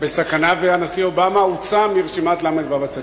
והנשיא אובמה הוצא מרשימת ל"ו הצדיקים.